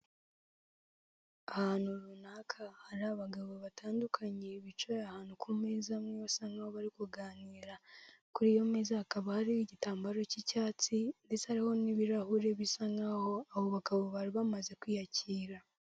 Ahantu runaka, hari abagabo batandukanye, bicaye ahantu ku meza amwe basa nk'aho bari kuganira, kuri iyo meza hakaba hariho igitambaro cy'icyatsi, ndetse hariho n'ibirahure, bisa nk'aho abo bagabo bari bamaze kwiyakira.